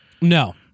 No